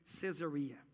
Caesarea